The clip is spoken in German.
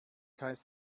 heißt